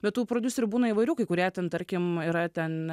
bet tų prodiuserių būna įvairių kai kurie ten tarkim yra ten